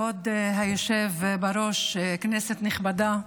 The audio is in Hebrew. כבוד היושב בראש, כנסת נכבדה,